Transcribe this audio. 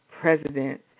President